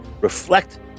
reflect